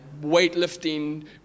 weightlifting